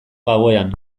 gauean